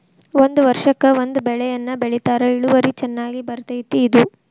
ಒಂದ ವರ್ಷಕ್ಕ ಒಂದ ಬೆಳೆಯನ್ನಾ ಬೆಳಿತಾರ ಇಳುವರಿ ಚನ್ನಾಗಿ ಬರ್ತೈತಿ ಇದು